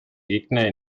gegner